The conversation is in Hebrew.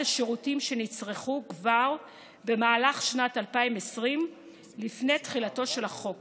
השירותים שנצרכו כבר במהלך שנת 2020 לפני תחילתו של החוק